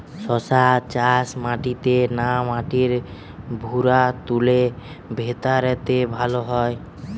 শশা চাষ মাটিতে না মাটির ভুরাতুলে ভেরাতে ভালো হয়?